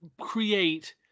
create